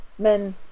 men